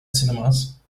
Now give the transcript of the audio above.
cinemas